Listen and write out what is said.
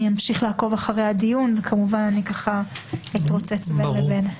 אני אמשיך לעקוב אחר הדיון וכמובן אני אתרוצץ בין לבין.